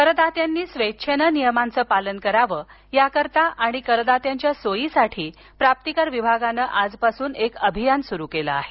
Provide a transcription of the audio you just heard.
करदात्यांनी स्वेछेने नियमांचं पालन करावं या करीता आणि करदात्यांच्या सोयीसाठी प्राप्तीकर विभागाने आजपासून एक अभियान सुरु केलं आहे